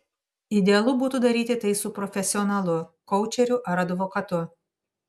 idealu būtų daryti tai su profesionalu koučeriu ar advokatu